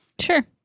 sure